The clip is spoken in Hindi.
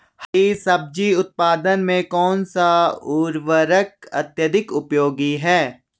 हरी सब्जी उत्पादन में कौन सा उर्वरक अत्यधिक उपयोगी है?